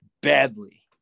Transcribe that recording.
badly